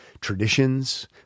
Traditions